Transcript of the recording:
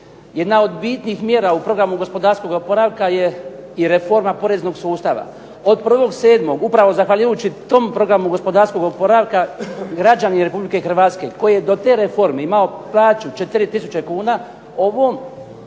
Jedna od bitnih mjera u programu gospodarskog oporavka je i reforma poreznog sustava. Od 1.7. upravo zahvaljujući tom programu gospodarskog oporavka građani Republike Hrvatske koji je do te reforme imao plaću 4000 kuna ovom